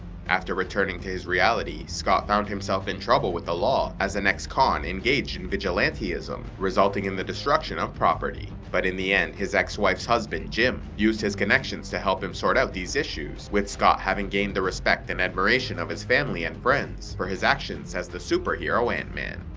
after returning to his reality, scott found himself in trouble with the law, as an ex-con engaged in vigilantism, resulting in the destruction of property. but in the end his ex wife's husband jim used his connections to help him sort out the issue, with scott having gained the respect and admiration of his family and friends for his actions as the superhero ant-man.